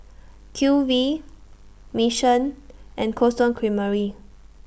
Q V Mission and Cold Stone Creamery